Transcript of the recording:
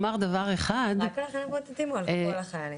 רק לחיילים בודדים או כל החיילים?